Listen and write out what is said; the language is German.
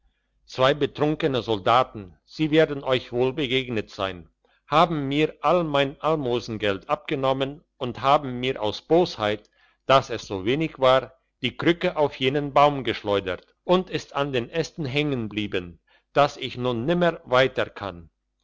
zwei betrunkene soldaten sie werden euch wohl begegnet sein haben mir all mein almosengeld abgenommen und haben mir aus bosheit dass es so wenig war die krücke auf jenen baum geschleudert und ist an den ästen hängen blieben dass ich nun nimmer weiter kann